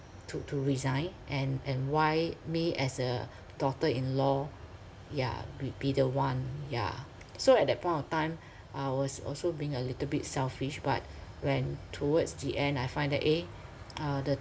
to to resign and and why me as a daughter in-law yeah will be the one yeah so at that point of time I was also being a little bit selfish but when towards the end I find that eh uh the